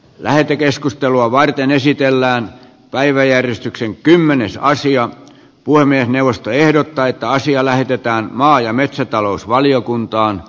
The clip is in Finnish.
lähetekeskustelua varten esitellään päiväjärjestyksen kymmenessä asian puhemiesneuvosto ehdottaa että asia lähetetään maa ja metsätalousvaliokuntaan